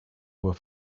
were